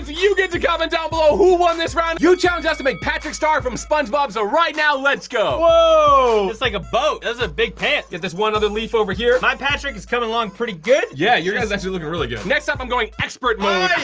you get to comment down below, who won this round? you challenged us to make patrick star from spongebob, so right now, let's go. whoa, it's like a boat. those are ah big pants. get this one other leaf over here. my patrick is coming along pretty good. yeah, yours is actually looking really good. next up, i'm going expert mode